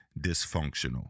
dysfunctional